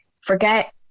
forget